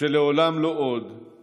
של "לעולם לא עוד";